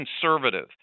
conservative